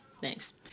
Thanks